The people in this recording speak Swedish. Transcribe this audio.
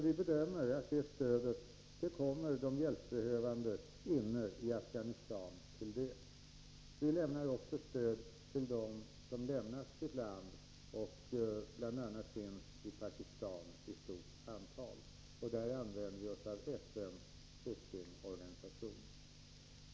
Vi bedömer att detta stöd kommer de hjälpbehövande inne i Afghanistan till del. Vi ger också stöd till dem som lämnat sitt land och som i stort antal finns bl.a. i Pakistan. Det stödet förmedlas genom FN:s flyktingorganisation.